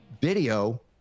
video